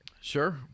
sure